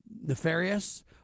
nefarious